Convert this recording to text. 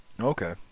okay